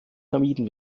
vermieden